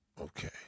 Okay